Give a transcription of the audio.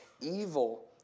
evil